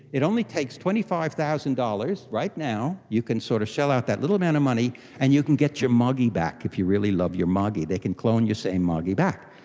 it only takes twenty five thousand dollars right now, you can sort of shell out that little amount of money and you can get your moggy back if you really love your moggy, they can clone your same moggy back.